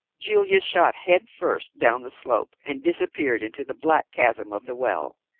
julia shot head first down the slope, and disappeared into the black chasm of the well.